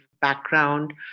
background